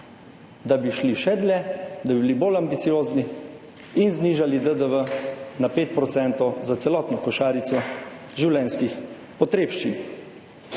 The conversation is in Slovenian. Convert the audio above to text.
da bi šli še dlje, da bi bili bolj ambiciozni in znižali DDV na 5 % za celotno košarico življenjskih potrebščin.